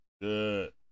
Good